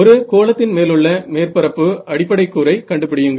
ஒரு கோளத்தின் மேலுள்ள மேற்பரப்பு அடிப்படைக் கூறை கண்டுபிடியுங்கள்